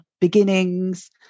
beginnings